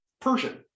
Persian